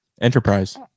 enterprise